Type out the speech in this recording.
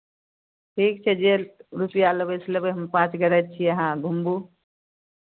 ठीक छै जे रुपैआ लेबै से लेबै हम पाँच गोरे छी अहाँ घुमबू